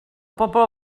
poble